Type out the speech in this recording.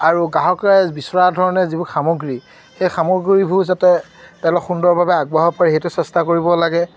আৰু গ্ৰাহকে বিচৰা ধৰণে যিবোৰ সামগ্ৰী সেই সামগ্ৰীবোৰ যাতে তেওঁলোক সুন্দৰভাৱে আগবঢ়াব পাৰি সেইটো চেষ্টা কৰিব লাগে